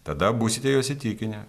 tada būsite juos įtikinę